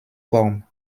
formes